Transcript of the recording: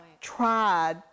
tried